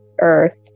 earth